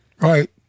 Right